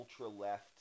ultra-left